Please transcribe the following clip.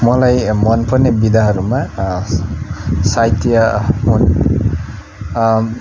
मलाई मनपर्ने विधाहरूमा साहित्य